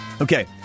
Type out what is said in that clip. Okay